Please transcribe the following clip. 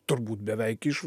turbūt beveik iš